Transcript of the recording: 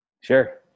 sure